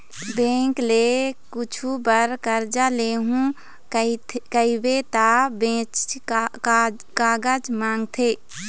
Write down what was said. bank ले कुछु बर करजा लेहूँ कहिबे त बनेच कागज मांगथे